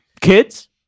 Kids